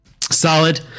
solid